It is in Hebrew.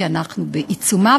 כי אנחנו בעיצומה,